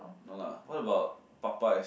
no la what about Popeyes